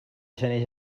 gener